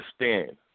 understand